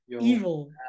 evil